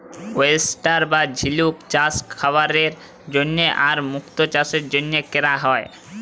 oyster বা ঝিলুক চাস খাবারের জন্হে আর মুক্ত চাসের জনহে ক্যরা হ্যয়ে